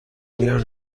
میرم